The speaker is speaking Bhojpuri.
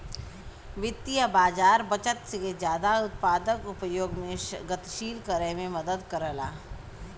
वित्तीय बाज़ार बचत के जादा उत्पादक उपयोग में गतिशील करे में मदद करला